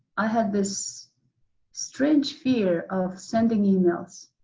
i had this strange fear of sending emails.